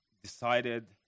decided